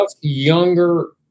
younger